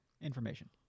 Information